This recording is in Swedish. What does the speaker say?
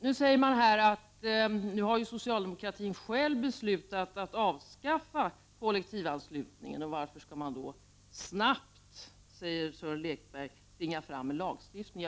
Nu säger Sören Lekberg att socialdemokratin själv har beslutat att avskaffa kollektivanslutningen, och varför skall man då snabbt tvinga fram en lagstiftning?